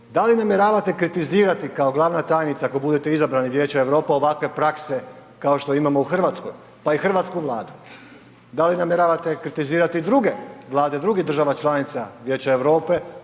Da li namjeravate kritizirati kao glavna tajnica ako budete izabrani u Vijeće Europe ovakve prakse kao što imamo u Hrvatskoj pa i hrvatsku Vladu? Da li namjeravate kritizirati druge, vlade drugih država članica Vijeća Europe